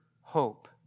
hope